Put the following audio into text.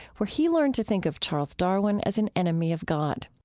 where he learned to think of charles darwin as an enemy of god.